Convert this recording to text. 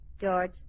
George